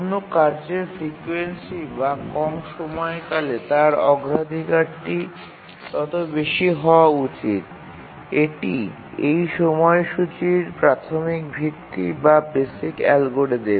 কোনও কার্যের ফ্রিকোয়েন্সি বা কম সময়কালে তার অগ্রাধিকারটি তত বেশি হওয়া উচিত এটি এই সময়সূচীর প্রাথমিক ভিত্তি বা বেসিক অ্যালগরিদম